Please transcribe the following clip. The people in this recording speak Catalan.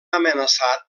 amenaçat